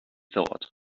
thought